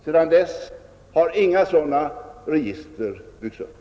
Sedan dess har inga sådana register byggts upp.